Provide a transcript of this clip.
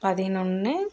பதினொன்று